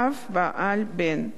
אב, בעל, בן,